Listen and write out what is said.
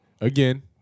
again